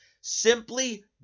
simply